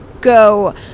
go